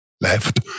left